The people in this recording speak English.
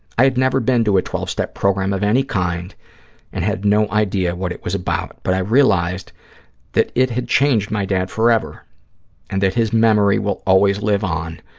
i had never been to a twelve step program of any kind and had no idea what it was about, but i realized that it had changed my dad forever and that his memory will always live on,